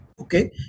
okay